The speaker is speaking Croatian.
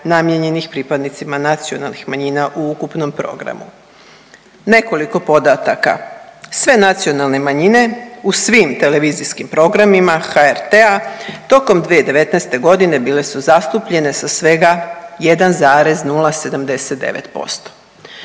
namijenjenih pripadnicima nacionalnih manjina u ukupnom programu. Nekoliko podataka. Sve nacionalne manjine u svim televizijskim programima HRT-a tokom 2019. godine bile su zastupljene sa svega 1,079%.